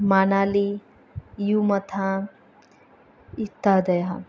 मानाली यूमथा इत्यादयः